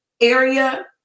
area